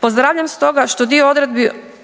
Pozdravljam stoga što dio odredbi